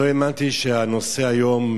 לא האמנתי שהנושא היום,